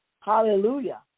Hallelujah